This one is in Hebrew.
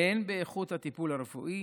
הן באיכות הטיפול הרפואי